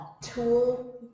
tool